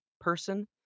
person